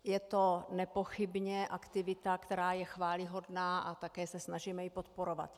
Je to nepochybně aktivita, která je chvályhodná, a také se ji snažíme podporovat.